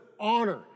honor